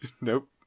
Nope